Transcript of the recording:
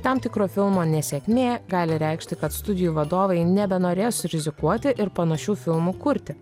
tam tikro filmo nesėkmė gali reikšti kad studijų vadovai nebenorės rizikuoti ir panašių filmų kurti